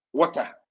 water